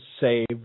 save